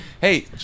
Hey